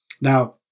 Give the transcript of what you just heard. Now